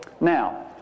Now